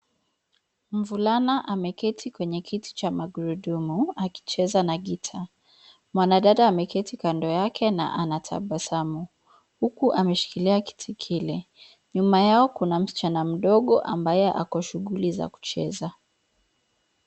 Mvulana ameketi kwenye kiti cha magurudumu akicheza na gitaa. Mwanadada ameketi kando yake na anatabasamu huku ameshikilia kiti kile. Nyuma yao kuna msichana mdogo ambaye ako shughuli za kucheza.